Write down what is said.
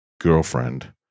girlfriend –